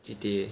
G_T_A